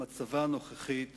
חבר הכנסת